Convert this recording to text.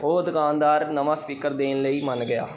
ਉਹ ਦੁਕਾਨਦਾਰ ਨਵਾਂ ਸਪੀਕਰ ਦੇਣ ਲਈ ਮੰਨ ਗਿਆ